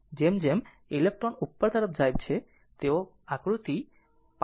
જેમ જેમ ઇલેક્ટ્રોન ઉપર તરફ જાય છે તેઓ આકૃતિ 5